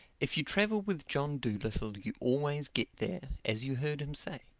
if you travel with john dolittle you always get there, as you heard him say.